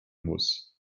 muss